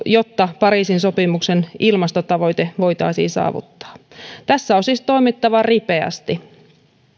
jotta pariisin sopimuksen ilmastotavoite voitaisiin saavuttaa tässä on siis toimittava ripeästi